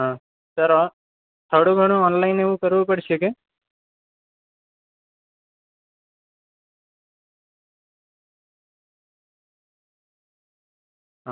હા સર થોડું ઘણું ઓનલાઈન એવું કરવું પડશે કે